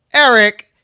Eric